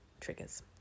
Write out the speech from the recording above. triggers